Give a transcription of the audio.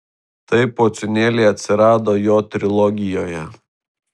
taip pociūnėliai atsirado jo trilogijoje